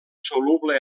soluble